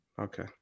Okay